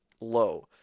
low